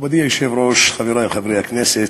מכובדי היושב-ראש, חברי חברי הכנסת,